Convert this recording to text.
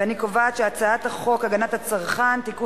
אני קובעת שהצעת חוק הגנת הצרכן (תיקון,